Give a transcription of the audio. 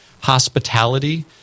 hospitality